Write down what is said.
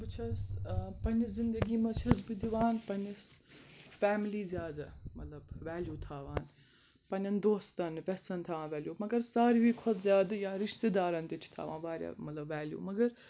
بہٕ چھَس پنٛنہِ زِندگی منٛز چھَس بہٕ دِوان پنٛنِس فیملی زیادٕ مطلب ویلیوٗ تھاوان پنٛنٮ۪ن دوستَن وٮ۪سن تھاوان ویلیوٗ مگر ساروی کھۄتہٕ زیادٕ یا رِشتہٕ دارَن تہِ چھِ تھاوان وارِیاہ مطلب ویلیوٗ مگر